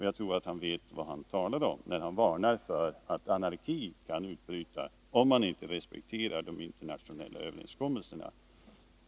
Jag tror att radiochefen visste vad han talade om, när han varnade för att anarki kan utbryta, om man inte respekterar de internationella överenskommelserna.